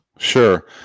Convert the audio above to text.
Sure